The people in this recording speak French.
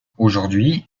aujourd’hui